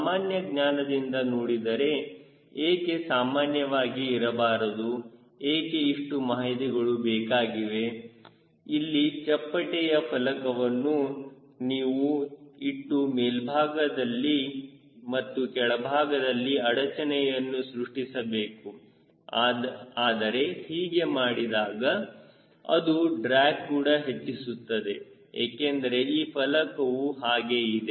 ಸಾಮಾನ್ಯ ಜ್ಞಾನದಿಂದ ನೋಡಿದರೆ ಏಕೆ ಸಾಮಾನ್ಯವಾಗಿ ಇರಬಾರದು ಏಕೆ ಇಷ್ಟು ಮಾಹಿತಿಗಳು ಬೇಕಾಗಿವೆ ಇಲ್ಲಿ ಚಪ್ಪಟೆಯ ಫಲಕವನ್ನು ನೀವು ಇಟ್ಟು ಮೇಲ್ಭಾಗದಲ್ಲಿ ಮತ್ತು ಕೆಳಭಾಗದಲ್ಲಿ ಅಡಚಣೆಯನ್ನು ಸೃಷ್ಟಿಸಬೇಕು ಆದರೆ ಹೀಗೆ ಮಾಡಿದರೆ ಅದು ಡ್ರ್ಯಾಗ್ ಕೂಡ ಹೆಚ್ಚಿಸುತ್ತದೆ ಏಕೆಂದರೆ ಈ ಫಲಕವು ಹಾಗೆ ಇದೆ